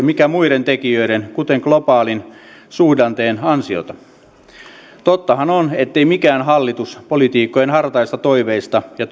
mikä muiden tekijöiden kuten globaalin suhdanteen ansiota tottahan on ettei mikään hallitus poliitikkojen hartaista toiveista ja